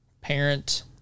Parent